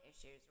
issues